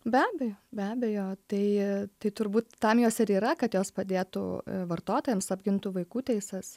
be abejo be abejo tai tai turbūt tam jos ir yra kad jos padėtų vartotojams apgintų vaikų teises